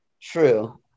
True